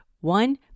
One